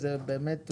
וזה באמת,